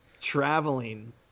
traveling